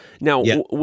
Now